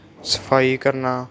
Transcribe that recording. ਸਫਾਈ ਕਰਨਾ